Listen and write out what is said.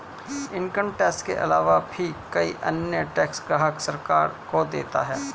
income tax के आलावा भी कई अन्य टैक्स ग्राहक सरकार को देता है